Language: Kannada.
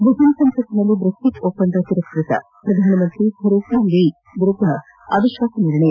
ಬ್ರಿಟನ್ ಸಂಸತ್ತಿನಲ್ಲಿ ಚ್ರೆಕ್ಲಿಟ್ ಒಪ್ಪಂದ ತಿರಸ್ಕತ ಪ್ರಧಾನಮಂತ್ರಿ ತೇರೆಸಾ ಮೇ ವಿರುದ್ದ ಅವಿತ್ವಾಸ ನಿರ್ಣಯ